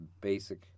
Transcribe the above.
basic